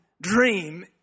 dream